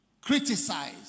criticize